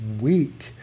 week